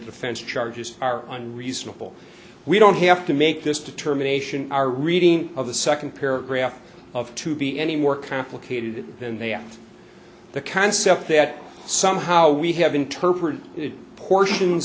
the fence charges are unreasonable we don't have to make this determination our reading of the second paragraph of to be any more complicated than they are the concept that somehow we have interpreted portion